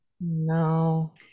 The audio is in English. no